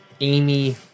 Amy